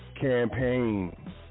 campaign